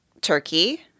Turkey